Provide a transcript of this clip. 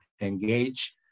engage